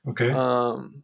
Okay